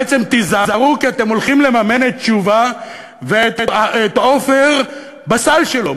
בעצם תיזהרו כי אתם הולכים לממן את תשובה ואת עופר בסל שלו,